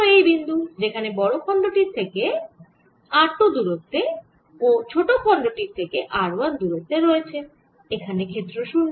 ধরো এই বিন্দু যেটি বড় খণ্ড টির থেকে r 2 দূরত্বে ও ছোট খন্ড টির থেকে r 1 দূরত্বে রয়েছে এখানে ক্ষেত্র 0